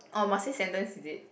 oh must say sentence is it